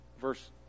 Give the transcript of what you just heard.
verse